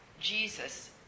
Jesus